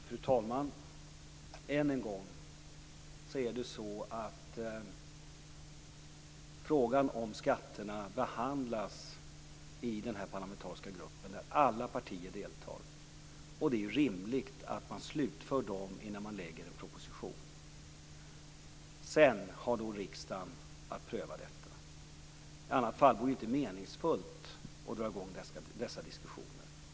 Fru talman! Än en gång vill jag säga att frågan om skatterna behandlas i den parlamentariska gruppen, där alla partier deltar. Det är rimligt att man slutför de diskussionerna innan regeringen lägger fram en proposition. Sedan har riksdagen att pröva detta. I annat fall är det inte meningsfullt att dra i gång dessa diskussioner.